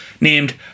named